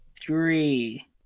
Three